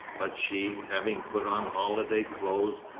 but she, having put on holiday clothes,